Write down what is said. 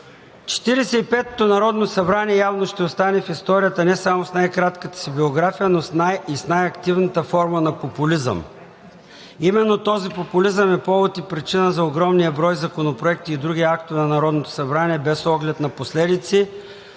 петото народно събрание явно ще остане в историята не само с най-кратката си биография, но и с най-активната форма на популизъм. Именно този популизъм е повод и причина за огромния брой законопроекти и други актове на Народното събрание без оглед на последици,